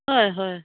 হয় হয়